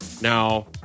Now